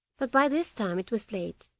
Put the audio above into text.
but by this time it was late,